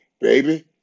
Baby